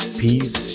peace